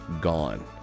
gone